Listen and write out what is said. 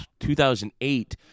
2008